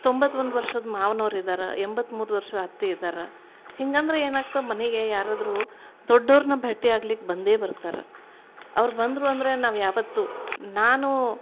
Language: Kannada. ತೊಂಬತ್ತೊಂದು ವರ್ಷದ ಮಾವ್ನವ್ರು ಇದ್ದಾರೆ ಎಂಬತ್ಮೂರು ವರ್ಷದ ಅತ್ತೆ ಇದ್ದಾರ ಹಿಂಗಂದ್ರೆ ಏನಾಗ್ತಾವೆ ಮನೆಗೆ ಯಾರಾದರೂ ದೊಡ್ಡೋರನ್ನ ಭೇಟಿ ಆಗ್ಲಿಕ್ಕೆ ಬಂದೇ ಬರ್ತಾರೆ ಅವ್ರು ಬಂದರು ಅಂದರೆ ನಾವು ಯಾವತ್ತೂ ನಾನು